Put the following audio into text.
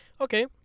Okay